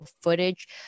footage